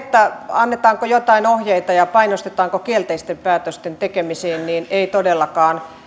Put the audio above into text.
annetaanko jotain ohjeita ja painostetaanko kielteisten päätösten tekemiseen ei todellakaan